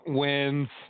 wins